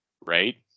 right